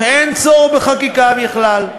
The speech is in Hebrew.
אין צורך בחקיקה בכלל.